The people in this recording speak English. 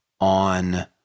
on